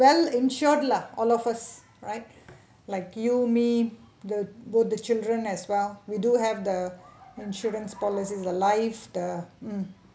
well insured lah all of us right like you me the both the children as well we do have the insurance policies the life the mm